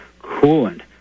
coolant